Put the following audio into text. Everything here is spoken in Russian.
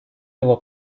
его